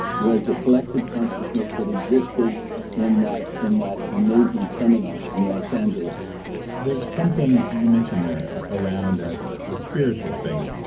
was the collective consciousness that existed in that in that amazing seminar in los angeles there's something you mentioned there around a spiritual thing.